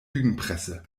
lügenpresse